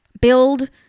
build